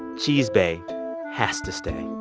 cheese bae has to stay.